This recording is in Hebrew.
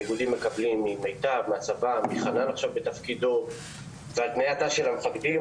האיגודים לצבא ולחנן וכן על התנאים של המפקדים,